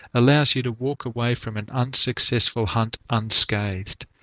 allows you to walk away from an unsuccessful hunt unscathed.